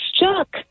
Chuck